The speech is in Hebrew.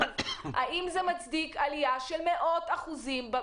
האם זה עדיין מצדיק הבדל של מאות אחוזים?